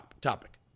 topic